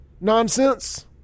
Nonsense